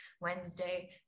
Wednesday